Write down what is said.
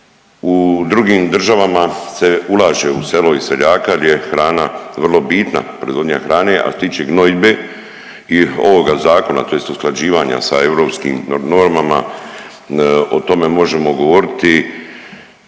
U drugim državama se ulaže u selo i seljaka gdje je hrana vrlo bitna, proizvodnja hrane, a što se tiče gnojidbe i ovoga zakona tj. usklađivanja sa europskim normama o tome možemo govoriti,